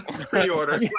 pre-order